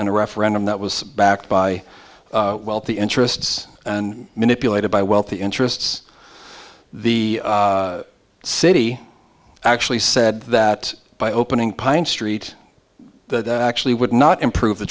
in a referendum that was backed by the interests and manipulated by wealthy interests the city actually said that by opening pine street that actually would not improve the